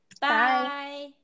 Bye